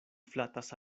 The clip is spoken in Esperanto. flatas